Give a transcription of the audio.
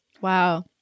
Wow